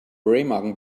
remagen